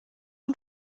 und